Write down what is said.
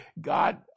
God